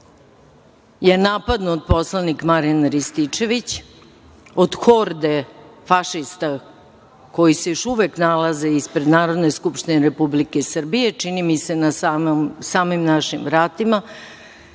je napadnut poslanik Marijan Rističević od horde fašista koji se još uvek nalaze ispred Narodne skupštine Republike Srbije, čini mi se na samim našim vratima,